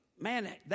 man